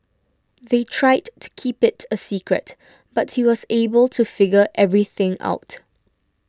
they tried to keep it a secret but he was able to figure everything out